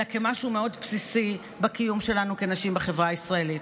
אלא כמשהו מאוד בסיסי בקיום שלנו כנשים בחברה הישראלית.